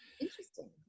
Interesting